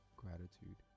gratitude